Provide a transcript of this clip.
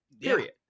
Period